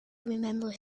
remembered